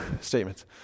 statements